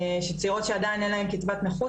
צעירות שעדיין אין להן קצבת נכות,